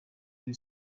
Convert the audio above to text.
kuri